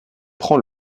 prend